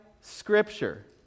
Scripture